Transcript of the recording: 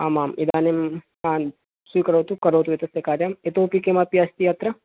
आम् आम् इदानीं आम् स्वीकरोतु करोतु एतस्य कार्यम् इतोऽपि किमपि अस्ति अत्र